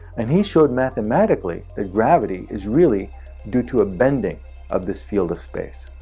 and he showed mathematically, that gravity is really due to a bending of this field of space.